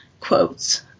quotes